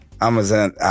Amazon